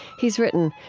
he's written,